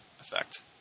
effect